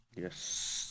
Yes